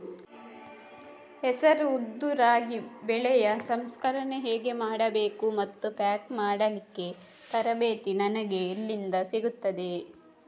ಹೆಸರು, ಉದ್ದು, ರಾಗಿ ಬೆಳೆಯ ಸಂಸ್ಕರಣೆ ಹೇಗೆ ಮಾಡಬೇಕು ಮತ್ತು ಪ್ಯಾಕ್ ಮಾಡಲಿಕ್ಕೆ ತರಬೇತಿ ನನಗೆ ಎಲ್ಲಿಂದ ಸಿಗುತ್ತದೆ?